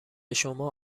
شما